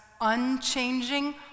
unchanging